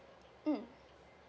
mm